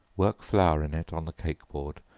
work flour in it on the cake-board,